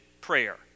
prayer